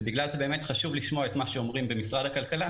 ובגלל זה באמת חשוב לשמוע את מה שאומרים במשרד הכלכלה